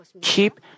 keep